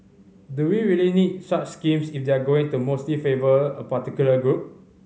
do we really need such schemes if they're going to mostly favour a particular group